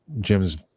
Jim's